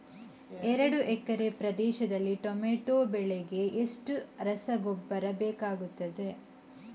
ಎರಡು ಎಕರೆ ಪ್ರದೇಶದಲ್ಲಿ ಟೊಮ್ಯಾಟೊ ಬೆಳೆಗೆ ಎಷ್ಟು ರಸಗೊಬ್ಬರ ಬೇಕಾಗುತ್ತದೆ?